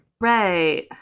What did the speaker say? Right